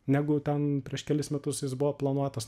negu ten prieš kelis metus jis buvo planuotas